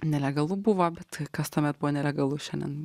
nelegalu buvo bet kas tuomet buvo nelegalu šiandien